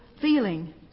feeling